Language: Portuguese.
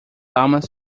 almas